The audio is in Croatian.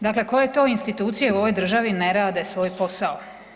Dakle, koje to institucije u ovoj državi ne rade svoj posao?